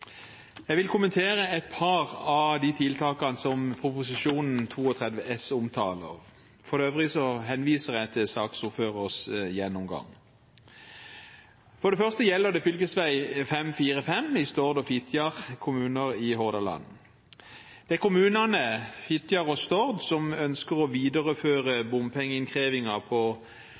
Jeg vil kommentere et par av tiltakene som omtales i Prop. 32 S. For øvrig henviser jeg til saksordførerens gjennomgang. For det første gjelder det fv. 545 i Stord og Fitjar kommuner i Hordaland. Disse kommunene ønsker å videreføre bompengeinnkrevingen på fergesambandet på E39 Halhjem–Sandvikvåg i to nye år for å finansiere tiltakene på